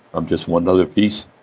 i'm just one other piece.